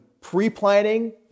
pre-planning